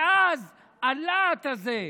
ואז הלהט הזה,